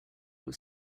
was